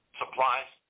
supplies